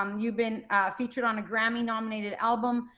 um you've been featured on a grammy nominated album,